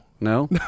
No